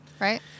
right